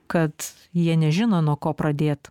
kad jie nežino nuo ko pradėt